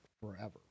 forever